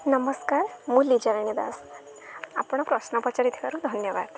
ନମସ୍କାର ମୁଁ ଲିଜାରାଣୀ ଦାସ ଆପଣ ପ୍ରଶ୍ନ ପଚାରିଥିବାରୁ ଧନ୍ୟବାଦ